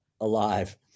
alive